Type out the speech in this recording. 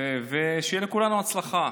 ושיהיה לכולנו הצלחה.